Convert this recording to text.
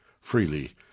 freely